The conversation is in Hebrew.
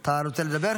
אתה רוצה לדבר?